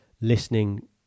listening